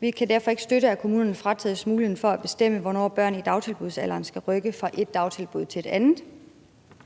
Vi kan derfor ikke støtte, at kommunerne fratages muligheden for at bestemme, hvornår børn i dagtilbudsalderen skal rykke fra ét dagtilbud til et andet.